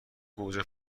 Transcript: گوجه